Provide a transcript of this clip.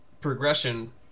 progression